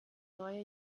neue